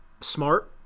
smart